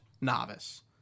novice